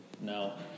No